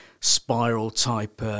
spiral-type